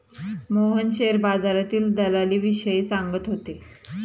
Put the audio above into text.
Mohan share बाजारातील दलालीविषयी सांगत होते